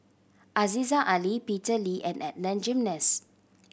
Aziza Ali Peter Lee and Adan Jimenez